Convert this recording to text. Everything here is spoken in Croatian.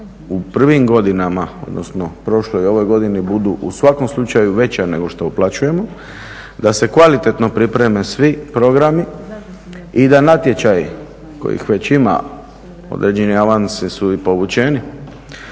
u prvim godinama, odnosno prošloj i ovoj godini budu u svakom slučaju veća nego što uplaćujemo, da se kvalitetno pripreme svi programi i da natječaj kojih već ima, određene avanse su i povućeni,